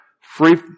free